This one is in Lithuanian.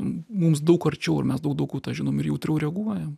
mums daug arčiau ir mes daug daugiau tą žinom ir jautriau reaguojam